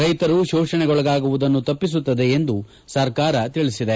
ರೈತರು ಶೋಷಣೆಗೊಳಗಾಗುವುದನ್ನು ತಪ್ಪಿಸುತ್ತದೆ ಎಂದು ಸರ್ಕಾರ ತಿಳಿಸಿದೆ